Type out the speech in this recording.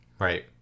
right